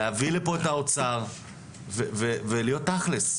להביא לפה את האוצר ולהיות תכלס,